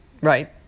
right